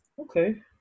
Okay